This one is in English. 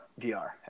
VR